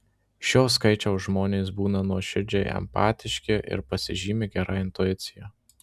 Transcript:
šio skaičiaus žmonės būna nuoširdžiai empatiški ir pasižymi gera intuicija